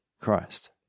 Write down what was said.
Christ